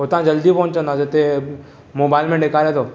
हुता जल्दी पहुचंदासीं हिते मोबाइल में ॾेखारे थो